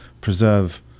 preserve